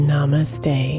Namaste